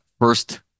first